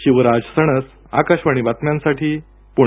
शिवराज सणस आकाशवाणी बातम्यांसाठी पूणे